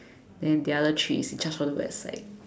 then the other three is in charge of the website